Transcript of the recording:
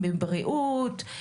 בריאות,